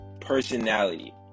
Personality